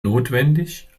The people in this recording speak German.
notwendig